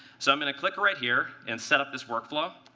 so i'm going to click right here and set up this workflow.